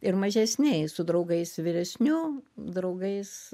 ir mažesniais su draugais vyresnių draugais